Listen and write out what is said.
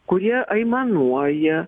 kurie aimanuoja